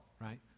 right